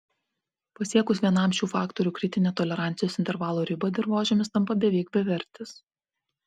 pasiekus vienam šių faktorių kritinę tolerancijos intervalo ribą dirvožemis tampa beveik bevertis